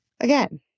Again